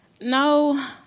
No